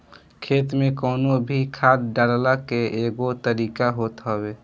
खेत में कवनो भी खाद डालला के एगो तरीका होत हवे